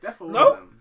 No